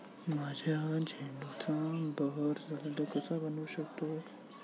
मी माझ्या झेंडूचा बहर जलद कसा बनवू शकतो?